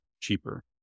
cheaper